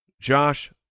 Josh